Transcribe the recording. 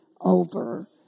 over